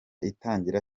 itangira